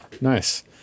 nice